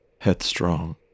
headstrong